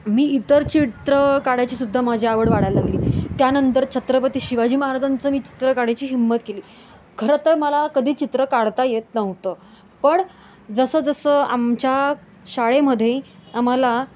मी इतर चित्र काढायचीसुद्धा माझी आवड वाढायला लागली त्यानंतर छत्रपती शिवाजी महाराजांचं मी चित्र काढायची हिम्मत केली खरं तर मला कधी चित्र काढता येत नव्हतं पण जसंजसं आमच्या शाळेमध्ये आम्हाला